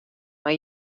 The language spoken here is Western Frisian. mar